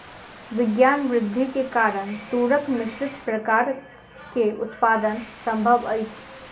विज्ञान वृद्धि के कारण तूरक मिश्रित प्रकार के उत्पादन संभव अछि